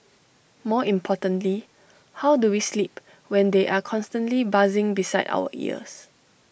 more importantly how do we sleep when they are constantly buzzing beside our ears